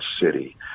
city